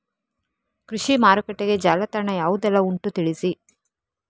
ಕೃಷಿ ಮಾರುಕಟ್ಟೆಗೆ ಜಾಲತಾಣ ಯಾವುದೆಲ್ಲ ಉಂಟು ತಿಳಿಸಿ